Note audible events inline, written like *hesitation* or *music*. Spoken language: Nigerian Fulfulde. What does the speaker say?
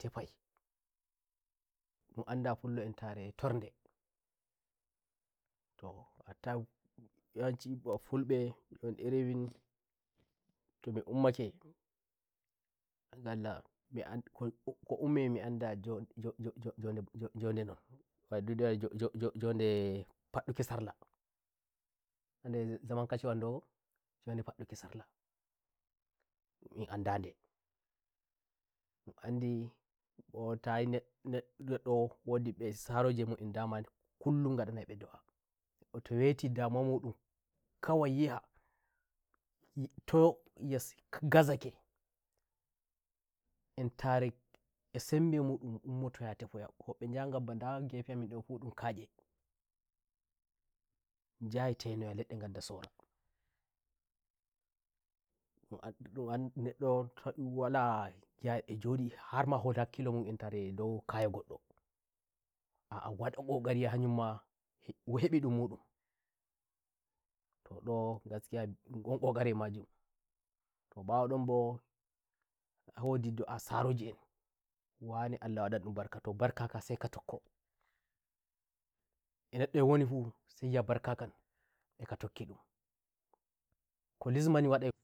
tefaindun anda fullo entare tor ndetoh hatta yawanci mbo fullo njon iri minto mi ummake *hesitation* ko ummi mi mi anda "njon njo njo nde non" en " njo njo njo nde" fadduki sarlande zaman kashe wandonjode fadduki sarlamin an ndademin andi mbo tayi nne nneddo wadi mbe saroji mudun dama kullum ngadai nai mbe do'aneddo to weti damuwa mu ndum kawai nyi'a to yi'a gazakeentare e sembe mudum ummoto yaha tefoyawobbe njaha ngabba nda ngefe amin ndofu ndun ka'ehnjahai tenoya ledde wadda sorandun ai ndun andi neddo to ndun walayahai e njodi har ma hota hakkilo mudumentare dou kaya goddoa'a wada kokari yaha ha nyun mahembe ndjn mudumtoh ndo gaskiyamin ngon kokari e majumto mbawo ndon mboah wodi do'a saroji enwane Allah wadandum barka to barka ka sai ka tokkoe neddo e wonifu sai yi'a barka kan e ka tokki ndumko lismani wadai fu